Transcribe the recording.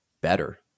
better